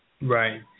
Right